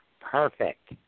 Perfect